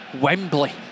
Wembley